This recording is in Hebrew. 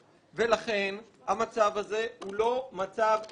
ולכן המצב הזה הוא לא מצב הגיוני,